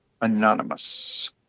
Anonymous